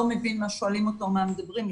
מבין מה שואלים אותו או מה מדברים איתו.